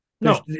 No